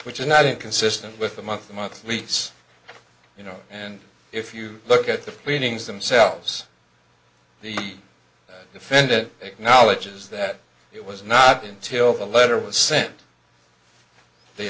which is not inconsistent with the month a month lease you know and if you look at the winnings themselves the defendant acknowledges that it was not in till the letter was sent the